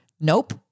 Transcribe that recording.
Nope